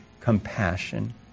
compassion